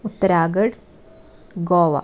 Uttarakhand Goa